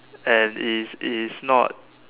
and it's it's not